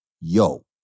yo